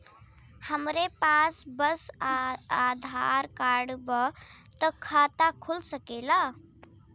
हमरे पास बस आधार कार्ड बा त खाता खुल सकेला?